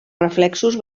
reflexos